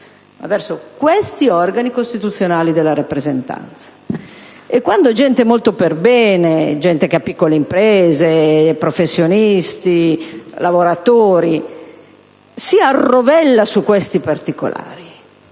ma verso questi organi costituzionali della rappresentanza. E quando gente molto perbene (titolare di piccole imprese, professionisti, lavoratori) si arrovella su questi particolari,